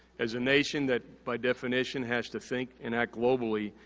as a nation that, by definition, has to think and act globally,